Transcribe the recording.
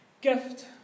gift